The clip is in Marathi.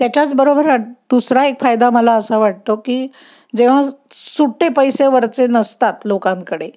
त्याच्याचबरोबर दुसरा एक फायदा मला असा वाटतो की जेव्हा सुटे पैसे वरचे नसतात लोकांकडे